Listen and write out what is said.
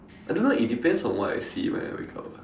I don't know it depends on what I see when I wake up